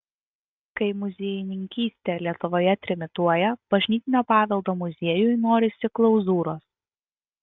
kai muziejininkystė lietuvoje trimituoja bažnytinio paveldo muziejui norisi klauzūros